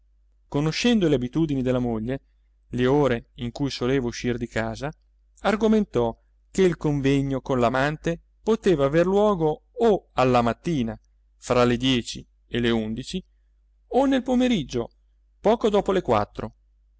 conoscendo le abitudini della moglie le ore in cui soleva uscir di casa argomentò che il convegno con l'amante poteva aver luogo o alla mattina fra le dieci e le undici o nel pomeriggio poco dopo le quattro